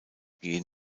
gehen